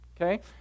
Okay